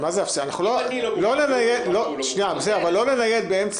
אנחנו לא ננייד באמצע.